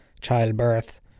Childbirth